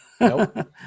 Nope